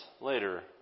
later